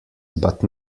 but